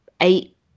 eight